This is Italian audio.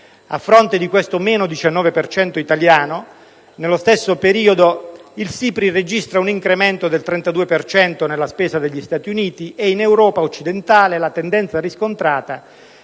A fronte di questo meno 19 per cento italiano, nello stesso periodo il SIPRI registra un incremento del 32 per cento nella spesa degli Stati Uniti, e in Europa occidentale la tendenza riscontrata